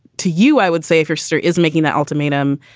to you, i would say if your sister is making that ultimatum,